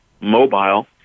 mobile